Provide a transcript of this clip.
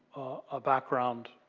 a background